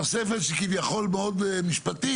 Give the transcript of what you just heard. כי התוספת שכביכול מאוד משפטית,